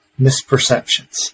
misperceptions